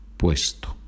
puesto